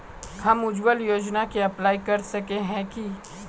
हम उज्वल योजना के अप्लाई कर सके है की?